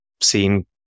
seen